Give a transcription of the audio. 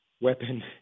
weapon